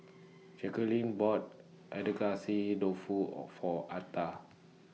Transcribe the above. Jacquelynn bought Dofu O For Arta